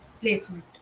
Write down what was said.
placement